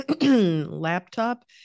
laptop